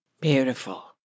Beautiful